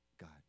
God